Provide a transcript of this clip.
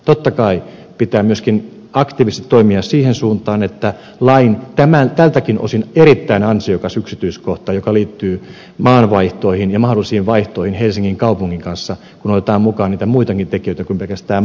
totta kai pitää myöskin aktiivisesti toimia siihen suuntaan että toteutuu se lain tältäkin osin erittäin ansiokas yksityiskohta joka liittyy maanvaihtoihin ja mahdollisiin vaihtoihin helsingin kaupungin kanssa kun otetaan mukaan niitä muitakin tekijöitä kuin pelkästään maa